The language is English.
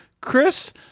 Chris